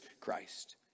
Christ